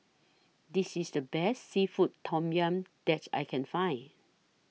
This IS The Best Seafood Tom Yum that I Can Find